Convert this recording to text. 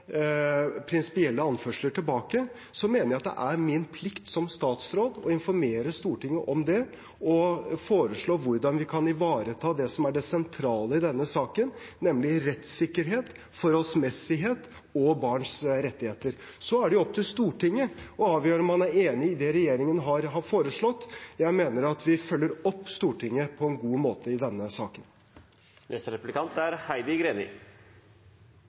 prinsipielle anførsler tilbake, mener jeg at det er min plikt som statsråd å informere Stortinget om det og foreslå hvordan vi kan ivareta det som er det sentrale i denne saken, nemlig rettssikkerhet, forholdsmessighet og barns rettigheter. Så er det opp til Stortinget å avgjøre om man er enig i det regjeringen har foreslått. Jeg mener at vi følger opp Stortinget på en god måte i denne saken.